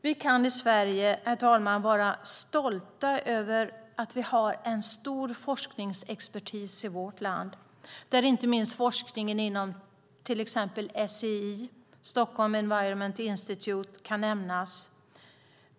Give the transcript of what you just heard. Vi kan i Sverige, herr talman, vara stolta över att vi har en stor forskningsexpertis i vårt land, där inte minst forskningen inom till exempel SEI, Stockholm Environment Institute, kan nämnas.